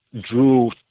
drew